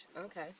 Okay